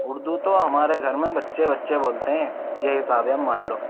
اردو تو ہمارے گھر میں بچے بچے بولتے ہیں یہ حساب ہے مان لو